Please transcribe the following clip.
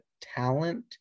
talent